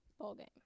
ballgame